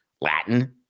Latin